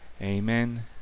Amen